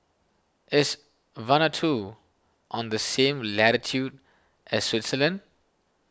is Vanuatu on the same latitude as Switzerland